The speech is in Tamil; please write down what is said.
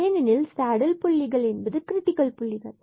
ஏனெனில் சேடில் புள்ளிகள் என்பது கிரிட்டிக்கல் புள்ளிகள்